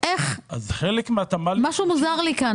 איך נקבע יעד ממשלתי?